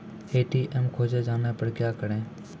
ATM खोजे जाने पर क्या करें?